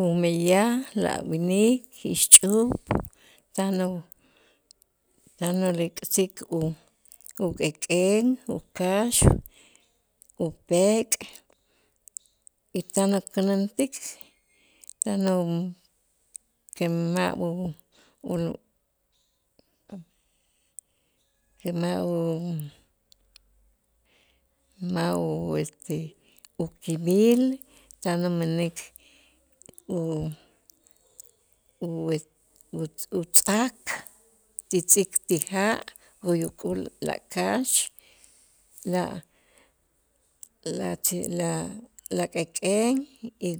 Umeyaj la winik, ixch'up tan u tan ulik'sik u- uk'ek'en, ukax, upek' y tan ukänäntik tan u que ma' u- ulu que ma' u ma' u este ukimil tan umänik u u es utzä-tz'ak ti tz'ik ti ja' uyuk'ul la kax, la la la k'ek'en y